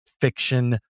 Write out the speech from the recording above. fiction